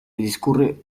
discurre